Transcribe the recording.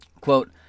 Quote